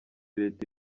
leta